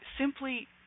simply